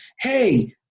Hey